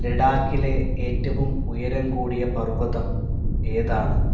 ലഡാക്കിലെ ഏറ്റവും ഉയരം കൂടിയ പർവ്വതം ഏതാണ്